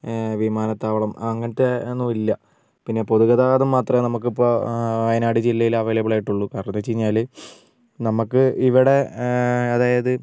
വിമാനത്താവളം അങ്ങനത്തെ ഒന്നുമില്ല പിന്നെ പൊതുഗതാഗതം മാത്രമേ നമുക്കിപ്പോൾ വയനാട് ജില്ലയിൽ അവൈലബിളായിട്ടുള്ളൂ കാരണമെന്ന് വെച്ച് കഴിഞ്ഞാല് നമുക്ക് ഇവിടെ അതായത്